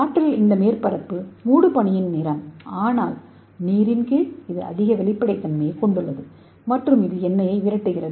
காற்றில் இந்த மேற்பரப்பு மூடுபனி ஆனால் நீரின் கீழ் இது அதிக வெளிப்படைத்தன்மையைக் கொண்டுள்ளது மற்றும் இது எண்ணெயை விரட்டுகிறது